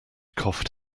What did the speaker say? coughed